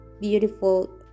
beautiful